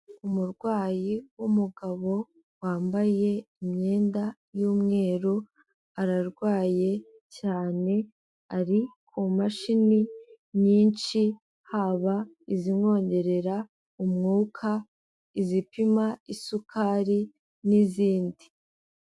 Umurwayi w'umugabo wambaye imyenda y'umweru, ararwaye cyane, ari ku mashini nyinshi, haba izimwongerera umwuka, izipima isukari n'izindi.